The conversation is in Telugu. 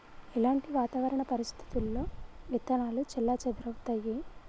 ఎలాంటి వాతావరణ పరిస్థితుల్లో విత్తనాలు చెల్లాచెదరవుతయీ?